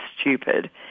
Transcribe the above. stupid